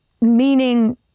meaning